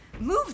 move